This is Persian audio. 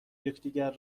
یکدیگر